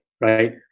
right